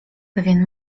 pewien